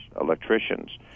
electricians